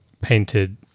painted